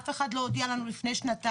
אף אחד לא הודיע לנו לפני שנתיים.